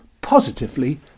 positively